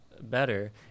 better